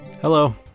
hello